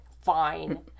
Fine